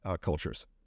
cultures